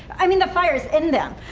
i mean, the fireis in them.